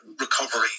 recovery